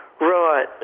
Right